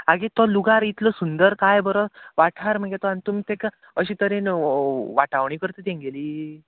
आगे तो लुगार इतलो सुंदर काय बरो वाठार मगे तो आनी तुमी ताका अशे तरेन वाटावणी करता तेंगेली